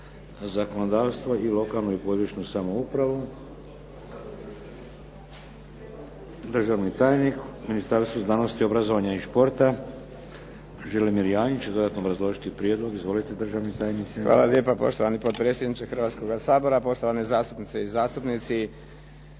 Hvala lijepa poštovani potpredsjedniče Hrvatskoga sabora, poštovane zastupnice i zastupnici.